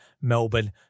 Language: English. Melbourne